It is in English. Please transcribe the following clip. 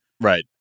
Right